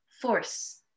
force